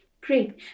Great